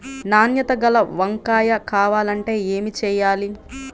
నాణ్యత గల వంగ కాయ కావాలంటే ఏమి చెయ్యాలి?